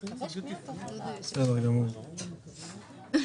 פנייה 37001 משרד